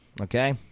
okay